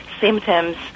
symptoms